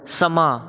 ਸਮਾਂ